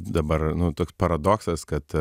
dabar toks paradoksas kad